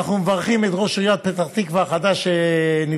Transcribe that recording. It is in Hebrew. אנחנו מברכים את ראש עיריית פתח תקווה החדש שנבחר,